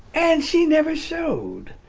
and she never showed.